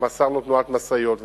וגם אסרנו תנועת משאיות.